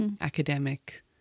academic